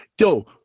yo